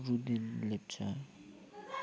Ruden Lepcha